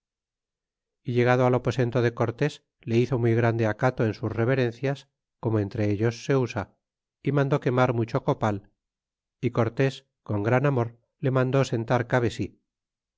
y llegado al aposento de cortés le hizo muy grande acato en sus reverencias como entre ellos se usa y mandó quemar mucho copal y cortés con gran amor le mandó sentar cabe